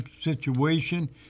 situation